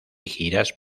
giras